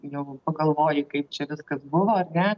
jau pagalvoji kaip čia viskas buvo ar ne